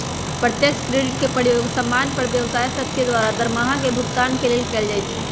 प्रत्यक्ष क्रेडिट के प्रयोग समान्य पर व्यवसाय सभके द्वारा दरमाहा के भुगतान के लेल कएल जाइ छइ